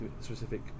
specific